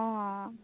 অঁ